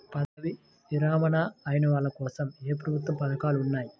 పదవీ విరమణ అయిన వాళ్లకోసం ఏ ప్రభుత్వ పథకాలు ఉన్నాయి?